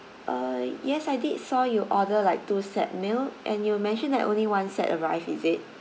uh yes I did saw you order like two set meal and you mentioned that only one set arrived is it